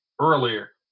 earlier